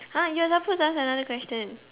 ah you're suppose to ask another question